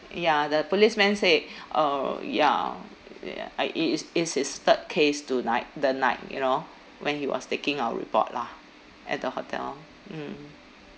ya the policeman say uh ya uh it is it's his third case tonight the night you know when he was taking our report lah at the hotel mm